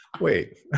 Wait